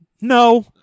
no